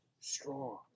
strong